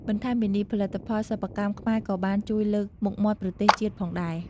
បន្ថែមពីនេះ ផលិតផលសិប្បកម្មខ្មែរក៏បានជួយលើកមុខមាត់ប្រទេសជាតិផងដែរ។